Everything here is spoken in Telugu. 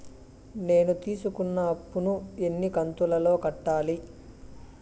నేను తీసుకున్న అప్పు ను ఎన్ని కంతులలో కట్టాలి?